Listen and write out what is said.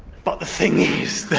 but the thing is,